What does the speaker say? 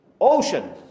ocean